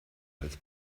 als